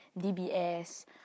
DBS